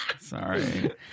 Sorry